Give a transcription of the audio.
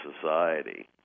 society